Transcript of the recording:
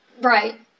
Right